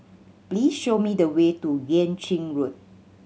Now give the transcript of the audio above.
please show me the way to Yuan Ching Road